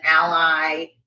ally